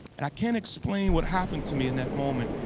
and i can't explain what happened to me in that moment.